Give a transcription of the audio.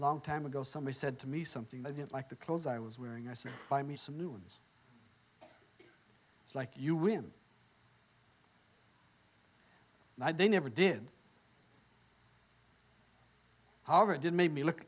long time ago somebody said to me something i didn't like the clothes i was wearing i said buy me some new ones like you when i they never did however did make me look